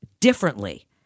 differently